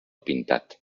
pintat